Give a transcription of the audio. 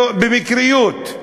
מקריות.